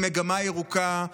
עם מגמה ירוקה,